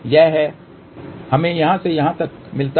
यह है हमें यहाँ से यहाँ क्या मिलता है